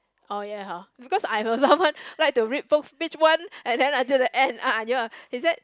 orh ya hor because I am someone like to read books page one and then until the end ah he said